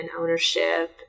ownership